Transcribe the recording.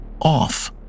off